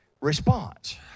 response